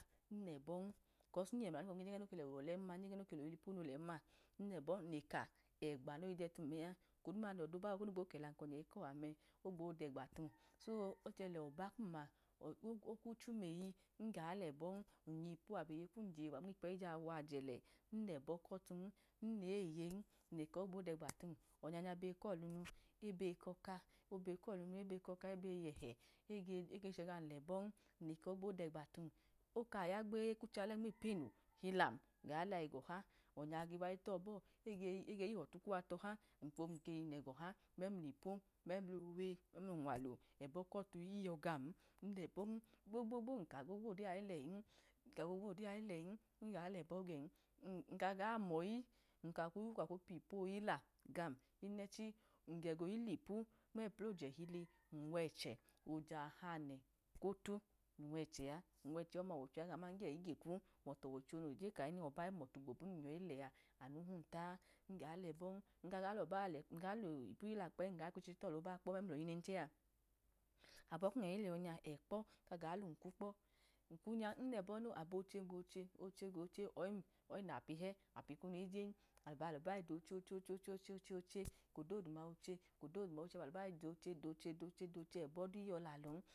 Nlẹbọn kọs nyẹmulanugbọbu jege nolẹ ọle jega noke lọtitipu kunu lemma, n lẹbọn n leka egba noge dẹtun miya, ọlọbahọ kunu gbokẹla numkọnye, ikọl amẹ ogbo degba tum, oche lọba kum ma okwu chumeyi, nga lẹbọn, nyipu, a aba boyi nmikpẹyi ja wajẹ lẹ nlẹbọ kọtun, n leyen, o leka ogbo degba tum, onya nya be kọlunu be kọka, obe kọlunu ebe kọka ebe yẹ hẹ oge chegan lẹbọn, n leka ogbo dẹgba tum oka ya gbee kmu chalẹ ogbo dẹgba tum, oka ya gbee kmu chalẹ nmipuini tulan ga la ego ọha, onya ge wa itọ bọ amifofun ke yinu ẹ gọ ha memlipu, memlowe, unwalu ẹbọ kotu iyọ gan, nlẹbọn, gbogbogbo nka gbogbogbo. Odeyi a ileyi, nga lẹbo̱gen, nkaga mọyi oka le piyipu oyila gan, unẹchi, ngeg oyilipu oje ẹhili kọnọchẹ n wẹchẹ oje ahane kọtu, num wẹchẹ a, n wẹchẹ ọma ọwọicho yagam ma nke gekwu, bete ọwọicho noje kọna-a ihum ọtu gbobum num yọyi lẹa anu hum ta a, n lẹbọn nga lọba, nga lipu yila kpem num ga cho tolọba kpọ mulọyi nẹnchẹ a abọ kum ẹhẹhilẹho ẹkpọ kaga lum kmu kpọ ipu nya nlẹbọ no abo ochẹ go oche, oche go oche, ọyi ọyi lapi he api ilojen, aga alo bayi ocheja a ẹbọ du iyọ lalọn.